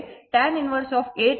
66√ 210√ 2 ಮತ್ತು ಅದು 40